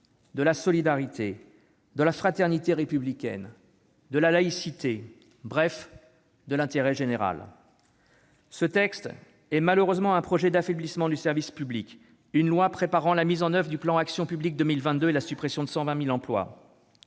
de la solidarité, de la fraternité républicaine et de la laïcité ; bref, de l'intérêt général. Ce texte est malheureusement un projet d'affaiblissement du service public, qui prépare la mise en oeuvre du plan Action publique 2022 et la suppression de 120 000 emplois.